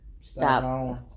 stop